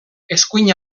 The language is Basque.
eskuin